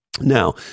now